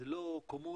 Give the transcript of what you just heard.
זה לא קומודיטי,